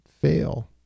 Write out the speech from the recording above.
fail